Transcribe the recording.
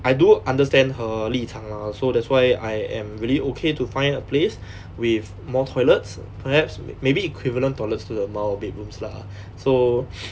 I do understand her 立场 lah so that's why I am really okay to find a place with more toilets perhaps maybe equivalent toilets to the amount of bedrooms lah so